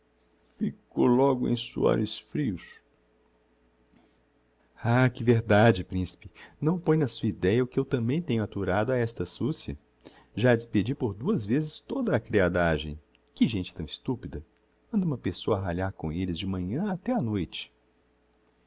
fico logo em suores frios ah que verdade principe não pôe na sua ideia o que eu tambem tenho aturado a esta sucia já despedi por duas vezes toda a creadagem que gente tão estupida anda uma pessoa a ralhar com elles de manhã até á noite